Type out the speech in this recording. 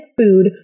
food